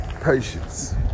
patience